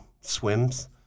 swims